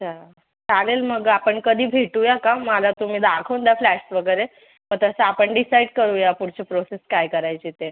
अच्छा चालेल मग आपण कधी भेटूया का मला तुम्ही दाखवून द्या फ्लॅटस् वगैरे मग तसं आपण डीसाईड करूया पुढची प्रोसेस काय करायचे ते